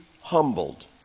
humbled